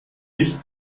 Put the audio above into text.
nicht